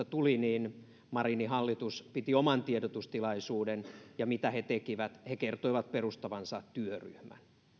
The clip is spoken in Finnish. tuli marinin hallitus piti oman tiedotustilaisuuden ja mitä he tekivät he kertoivat perustavansa työryhmän